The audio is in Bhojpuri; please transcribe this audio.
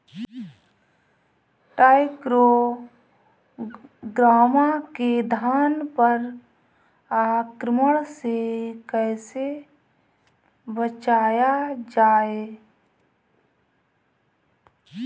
टाइक्रोग्रामा के धान पर आक्रमण से कैसे बचाया जाए?